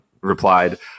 replied